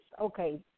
okay